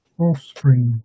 offspring